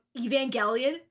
Evangelion